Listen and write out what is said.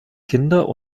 kinder